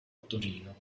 torino